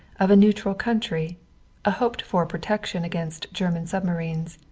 of a neutral country a hoped-for protection against german submarines.